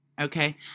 okay